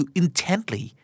intently